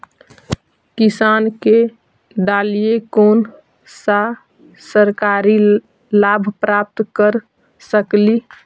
किसान के डालीय कोन सा सरकरी लाभ प्राप्त कर सकली?